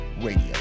Radio